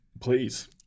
Please